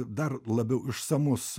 dar labiau išsamus